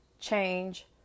change